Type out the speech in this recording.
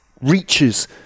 reaches